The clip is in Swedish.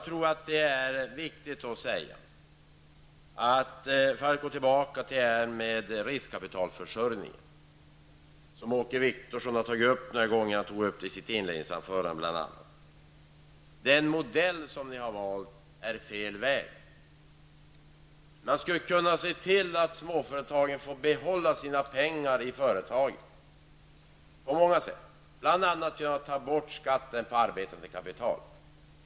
Låt mig gå tillbaka till riskkapitalförsörjningen, som Åke Wictorsson har tagit upp några gånger, bl.a. i sitt inledningsanförande. Den modell som ni har valt är fel väg. Man borde på olika sätt se till att småföretagarna får behålla sina pengar i företagen, bl.a. genom att ta bort skatten på arbetande kapital.